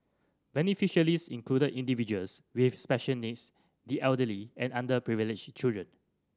included individuals with special needs the elderly and underprivileged children